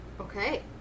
Okay